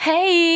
Hey